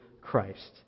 Christ